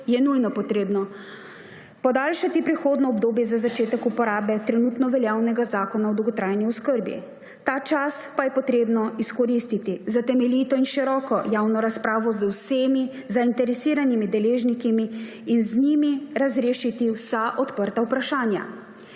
je nujno potrebno podaljšati prehodno obdobje za začetek uporabe trenutno veljavnega zakona o dolgotrajni oskrbi. Ta čas pa je potrebno izkoristiti za temeljito in široko javno razpravo z vsemi zainteresiranimi deležniki in z njimi razrešiti vsa odprta vprašanja.